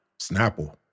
Snapple